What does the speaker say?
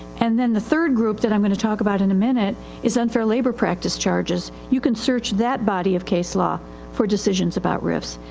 and then the third group that iim going to talk about in a minute is unfair labor practice charges. you can search that body of case law for decisions about rifis.